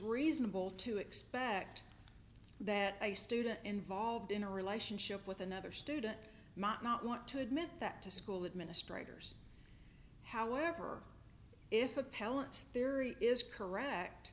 reasonable to expect that a student involved in a relationship with another student might not want to admit that to school administrators however if appellants theory is correct